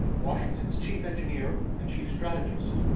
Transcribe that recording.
washington's chief engineer, and chief strategist,